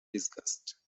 disgust